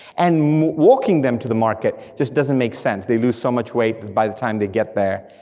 and walking them to the market just doesn't make sense, they lose so much weight that by the time they get there,